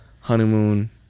Honeymoon